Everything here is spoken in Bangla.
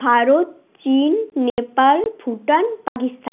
ভারত চীন নেপাল ভুটান পাকিস্তান